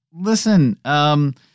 listen